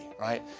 right